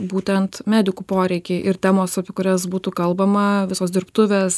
būtent medikų poreikiai ir temos apie kurias būtų kalbama visos dirbtuvės